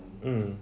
mm